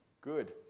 good